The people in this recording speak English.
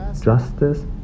justice